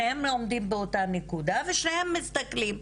שניהם עומדים באותה נקודה ושניהם מסתכלים,